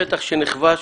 שטח שנכבש,